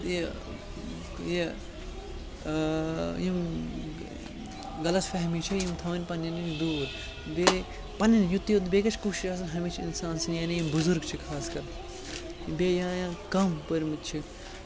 یہِ یہِ یِم غلط فہمی چھِ یِم تھَوٕنۍ پننٮ۪ن نِش دوٗر بیٚیہِ پَننٮ۪ن یُتُے یوت بیٚیہِ گژھِ کوٗشِش آسٕنۍ ہمیشہِ اِنسانَس یعنی یِم بُزرگ چھِ خاص کر بیٚیہِ یا یا کَم پٔرمٕتۍ چھِ